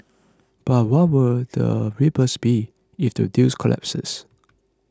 but what would the ripples be if the deal collapses